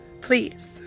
please